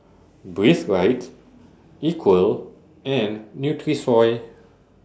Breathe Right Equal and Nutrisoy